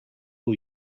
who